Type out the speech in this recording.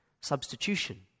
Substitution